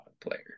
player